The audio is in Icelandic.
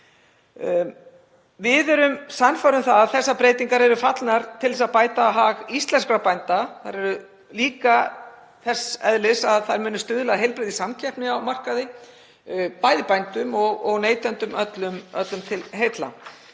Við erum sannfærð um að þessar breytingar eru fallnar til þess að bæta hag íslenskra bænda. Þær eru líka þess eðlis að þær munu stuðla að heilbrigðri samkeppni á markaði, bændum og neytendum öllum til heilla.